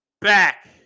back